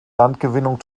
landgewinnung